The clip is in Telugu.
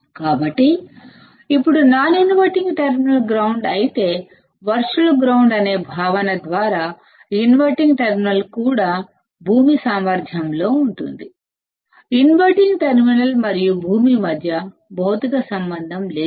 కాబట్టి ఇప్పుడు నాన్ ఇన్వర్టింగ్ టెర్మినల్ గ్రౌండ్ అయితే వర్చువల్ గ్రౌండ్ అనే భావన ద్వారా ఇన్వర్టింగ్ టెర్మినల్ కూడా గ్రౌండ్ పొటెన్షియల్ వద్ద ఉంటుంది ఇన్వర్టింగ్ టెర్మినల్ మరియు గ్రౌండ్ మధ్య భౌతిక సంబంధం లేదు